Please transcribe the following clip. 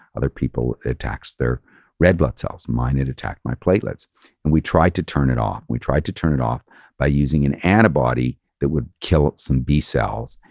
other people it attacks their red blood cells. mine, it attacked my platelets and we tried to turn it off. we tried to turn it off by using an antibody that would kill some b-cells.